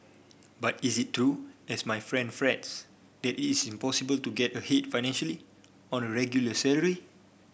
but is it true as my friend frets that it is impossible to get ahead financially on a regular salary